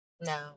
No